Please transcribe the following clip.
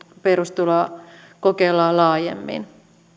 perustuloa kokeillaan laajemmin